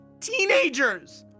teenagers